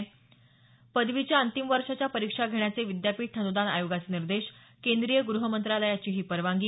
स पदवीच्या अंतिम वर्षाच्या परिक्षा घेण्याचे विद्यापीठ अनुदान आयोगाचे निर्देश केंद्रीय ग्रहमंत्रालयाचीही परवानगी